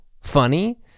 funny